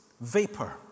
vapor